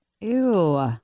Ew